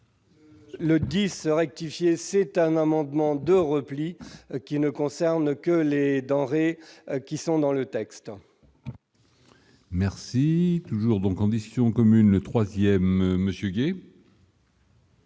Le 10 ce rectifier c'est un amendement de repli qui ne concerne que les denrées qui sont dans le texte. Merci toujours donc en discussion commune le 3ème Monsieur